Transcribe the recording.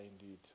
indeed